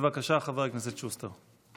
בבקשה, חבר הכנסת שוסטר.